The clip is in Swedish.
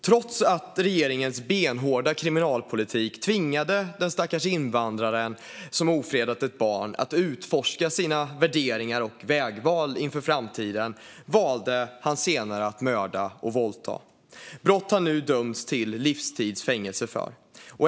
Trots att regeringens benhårda kriminalpolitik tvingade den stackars invandraren som ofredat ett barn att utforska sina värderingar och vägval inför framtiden valde han senare att mörda och våldta, ett brott som han nu dömts till livstids fängelse för.